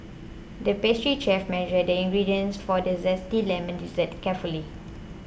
the pastry chef measured the ingredients for a Zesty Lemon Dessert carefully